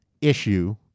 issue